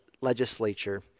legislature